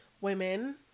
women